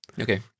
Okay